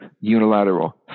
unilateral